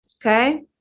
okay